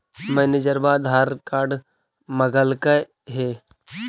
मैनेजरवा आधार कार्ड मगलके हे?